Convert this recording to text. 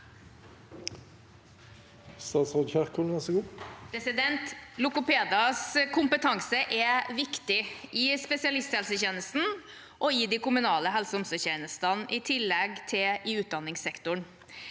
Logopeders kompetanse er viktig i spesialisthelsetjenesten og i de kommunale helse- og omsorgstjenestene, i tillegg til i utdanningssektoren.